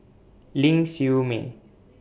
Ling Siew May